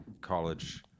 college